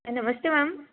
नमस्ते मैम